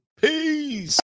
Peace